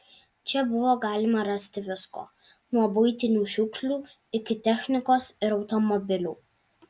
čia buvo galima rasti visko nuo buitinių šiukšlių iki technikos ir automobilių